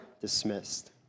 dismissed